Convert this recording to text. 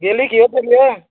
গ'লে কিহত যাবি এ